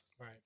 Right